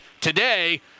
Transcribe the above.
today